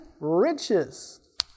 riches